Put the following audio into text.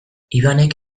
ibanek